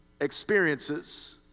experiences